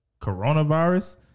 coronavirus